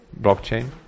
blockchain